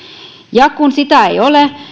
ja kun sitä ei ole